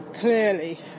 clearly